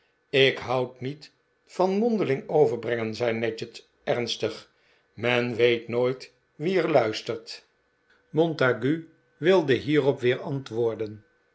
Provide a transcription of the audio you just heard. ik houd niet van mondeling overbrengen zei nadgett ernstig men weet nooit wie er luistert montague wilde hierop weer antwoorden